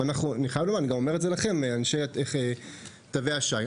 אני אומר את זה גם לכם, אנשי תווי השי.